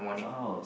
oh